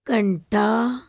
ਘੰਟਾ